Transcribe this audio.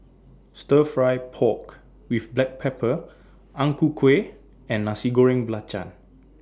Stir Fry Pork with Black Pepper Ang Ku Kueh and Nasi Goreng Belacan